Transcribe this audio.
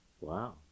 Wow